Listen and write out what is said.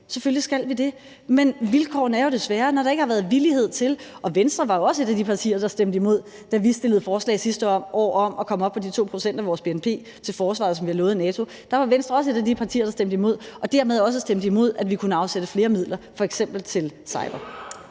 Selvfølgelig skal vi det. Men vilkårene er jo desværre, at der ikke har været villighed til det. Venstre var jo også et af de partier, der stemte imod, da vi fremsatte et forslag sidste år om at komme op på de 2 pct. af vores bnp til forsvaret, som vi har lovet NATO. Der var Venstre også et af de partier, der stemte imod og dermed også stemte imod, at vi kunne afsætte flere midler til f.eks.